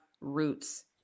roots